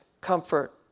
comfort